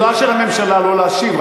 זכותה של הממשלה לא להשיב,